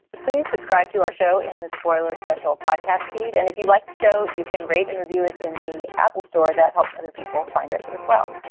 please subscribe to our show in the spoilers special podcast feed. and if you like the show, you can rate and review it in the apple store that helps other people find us as well.